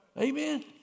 Amen